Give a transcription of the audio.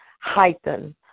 heighten